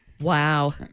Wow